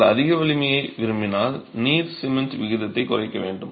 நீங்கள் அதிக வலிமையை விரும்பினால் நீர் சிமெண்ட் விகிதத்தை குறைக்க வேண்டும்